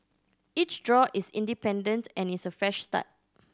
each draw is independent and is a fresh start